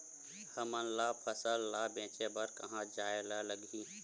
हमन ला फसल ला बेचे बर कहां जाये ला लगही?